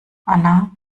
anna